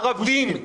ערבים,